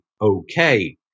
okay